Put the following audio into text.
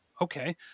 Okay